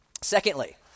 Secondly